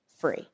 free